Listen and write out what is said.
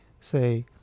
say